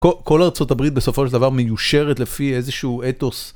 כל ארה״ב בסופו של דבר מיושרת לפי איזשהו אתוס.